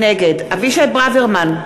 נגד אבישי ברוורמן,